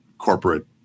Corporate